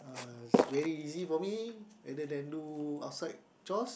uh it was very easy for me and then I do outside chores